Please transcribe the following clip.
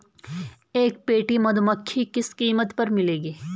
एक पेटी मधुमक्खी किस कीमत पर मिलेगी?